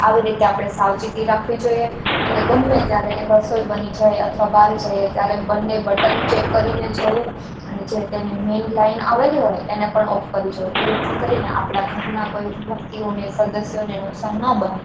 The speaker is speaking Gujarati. આવી રીતે આપણે સાવચેતી રાખવી જોઈએ અને ગમે ત્યારે રસોઈ બની જાય અથવા બહાર જઈએ ત્યારે બન્ને બટન ચેક કરીને જવું અને જે તેની મેન લાઇન આવેલી હોય એને પણ ઓફ કરી જવું તેથી કરીને આપણા ઘરનાં કોઈ વ્યક્તિઓને સદસ્યોને નુકસાન ન બને